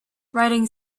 writing